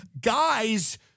guys